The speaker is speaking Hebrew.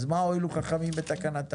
אז מה הועילו חכמים בתקנתם?